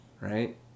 right